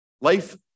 Life